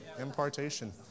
Impartation